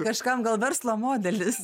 kažkam gal verslo modelis